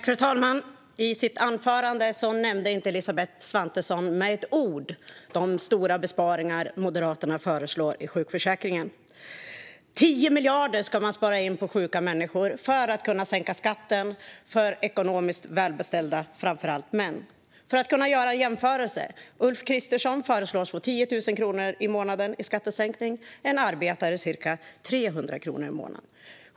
Fru talman! I sitt anförande nämnde Elisabeth Svantesson inte med ett ord de stora besparingar som Moderaterna föreslår i sjukförsäkringen. 10 miljarder ska man spara in på sjuka människor för att kunna sänka skatten för ekonomiskt välbeställda, framför allt män. För att göra en jämförelse föreslås Ulf Kristersson få 10 000 i skattesänkning varje månad, medan en arbetare får ca 300 kronor i månaden.